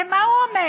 כי מה הוא אומר?